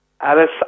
Alice